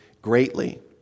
Greatly